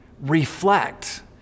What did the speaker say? reflect